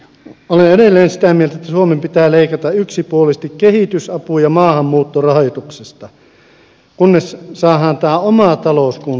olen edelleen sitä mieltä että suomen pitää leikata yksipuolisesti kehitysapu ja maahanmuuttorahoituksesta kunnes saadaan tämä oma talous kuntoon